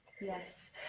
Yes